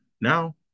now